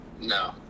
No